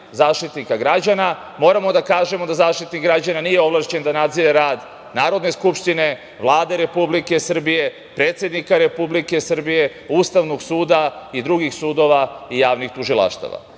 Zaštitnika građana, moramo da kažemo da Zaštitnik građana nije ovlašćen da nadzire rad Narodne skupštine Vlade Republike Srbije, predsednika Republike Srbije, Ustavnog suda i drugih sudova i javnih tužilaštava. Ukoliko